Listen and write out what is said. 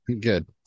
good